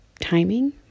timing